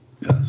Yes